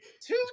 Two